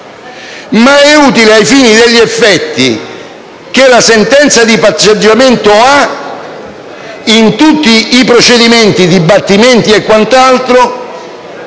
quanto ai fini degli effetti che la sentenza di patteggiamento ha in tutti i procedimenti, i dibattimenti e quant'altro